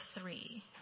three